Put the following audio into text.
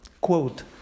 quote